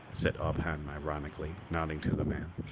said ob hahn ironically, nodding to the man,